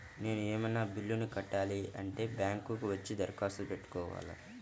నేను ఏమన్నా బిల్లును కట్టాలి అంటే బ్యాంకు కు వచ్చి దరఖాస్తు పెట్టుకోవాలా?